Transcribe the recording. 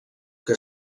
que